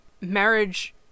marriage